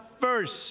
first